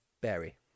Berry